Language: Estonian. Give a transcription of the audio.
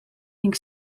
ning